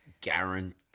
guarantee